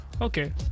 okay